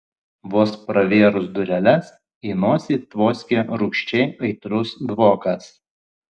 vos pravėrus dureles į nosį tvoskė rūgščiai aitrus dvokas